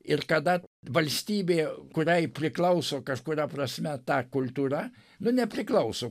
ir kada valstybė kuriai priklauso kažkuria prasme ta kultūra nu nepriklauso